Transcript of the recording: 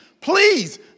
please